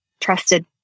trusted